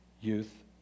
youth